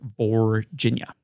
Virginia